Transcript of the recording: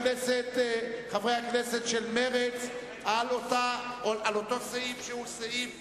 הכנסת של מרצ על אותו סעיף שהוא סעיף